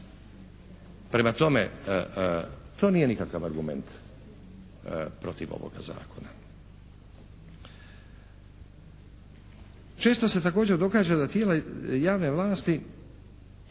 Prema tome, to nije nikakav argument protiv ovoga zakona. Često se također događa da tijela javne vlasti